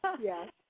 yes